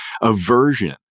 aversion